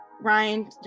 Ryan